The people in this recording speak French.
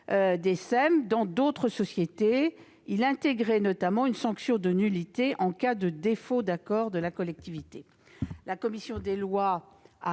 (SEM) dans d'autres sociétés. Elle intégrait notamment une sanction de nullité en cas de défaut d'accord de la collectivité. La commission des lois a